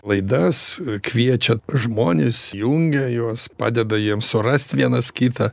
laidas kviečia žmones jungia juos padeda jiems surast vienas kitą